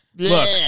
Look